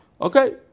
Okay